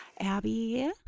Abby